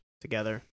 together